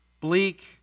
bleak